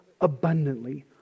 abundantly